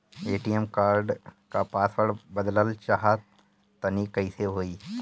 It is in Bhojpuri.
ए.टी.एम कार्ड क पासवर्ड बदलल चाहा तानि कइसे होई?